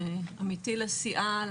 עמיתי לסיעה,